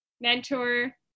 mentor